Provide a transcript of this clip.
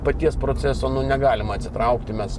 paties proceso negalima atsitraukti mes